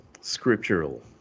scriptural